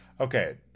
Okay